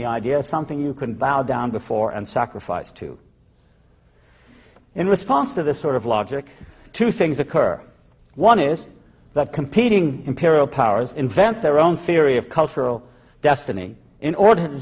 the idea of something you can bow down before and sacrifice to in response to this sort of logic two things occur one is that competing imperial powers invent their own theory of cultural destiny in order to